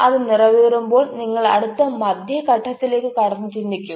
അത് നിറവേറുമ്പോൾ നിങ്ങൾ അടുത്ത മധ്യ ഘട്ടത്തിലേക്ക് കടന്നു ചിന്തിക്കും